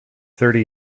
thirty